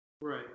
Right